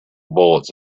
bullets